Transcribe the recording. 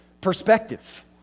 perspective